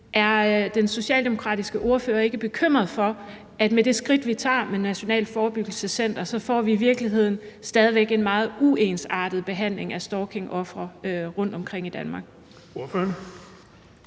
Er den socialdemokratiske ordfører ikke bekymret for, at med det skridt, vi tager med nedlæggelse af Nationalt Forebyggelsescenter, får vi i virkeligheden stadig væk en meget uensartet behandling af stalkingofre rundtomkring i Danmark?